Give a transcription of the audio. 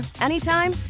anytime